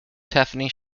tiffany